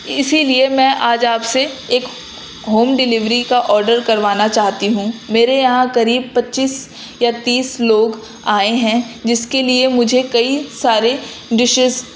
اسی لیے میں آج آپ سے ایک ہوم ڈلیوری کا آڈر کروانا چاہتی ہوں میرے یہاں قریب پچیس یا تیس لوگ آئے ہیں جس کے لیے مجھے کئی سارے ڈشیز